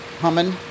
humming